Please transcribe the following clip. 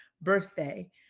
birthday